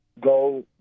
go